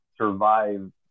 survive